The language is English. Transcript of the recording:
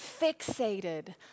fixated